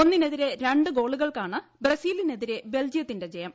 ഒന്നിന്റെതിരെ രണ്ട് ഗോളുകൾക്കാണ് ബ്രസീലിനെതിരെ ബെൽജിയത്തിന്റെ ജയം